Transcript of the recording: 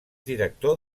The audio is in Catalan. director